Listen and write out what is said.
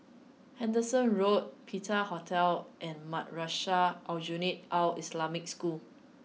Henderson Road Penta Hotel and Madrasah Aljunied Al Islamic School